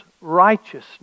righteousness